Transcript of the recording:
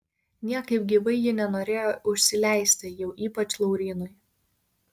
niekaip gyvai ji nenorėjo užsileisti jau ypač laurynui